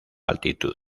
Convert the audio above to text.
altitud